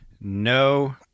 No